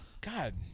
God